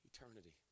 Eternity